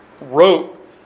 wrote